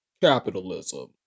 Capitalism